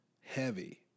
Heavy